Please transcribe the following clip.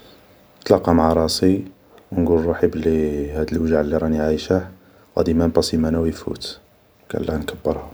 نتلاقا معا راسي و نقول روحي بلي هاد وجع غادي مام با سيمانا و يفوت, مكان لاه نكبرها